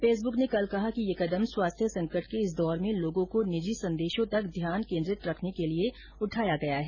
Facebook ने कल कहा कि यह कदम स्वास्थ्य संकट के इस दौर में लोगों को निजी संदेशों तक ध्यान केंद्रित रखने के लिए उठाया गया है